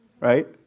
right